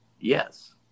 yes